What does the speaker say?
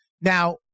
Now